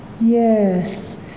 Yes